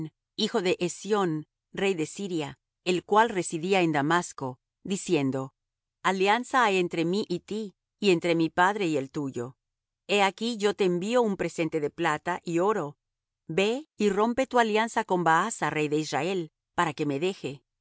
hijo de hezión rey de siria el cual residía en damasco diciendo alianza hay entre mí y ti y entre mi padre y el tuyo he aquí yo te envío un presente de plata y oro ve y rompe tu alianza con baasa rey de israel para que me deje y